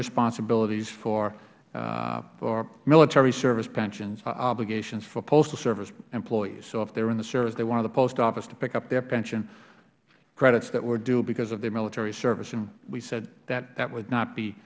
responsibilities for military service pensions obligations for postal service employees so if they are in the service they wanted the post office to pick up their pension credits that were due because of the military service and we said that would not be